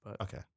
Okay